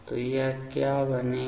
तो यह क्या बनेगा